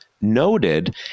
noted